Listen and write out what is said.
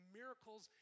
miracles